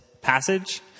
passage